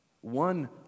One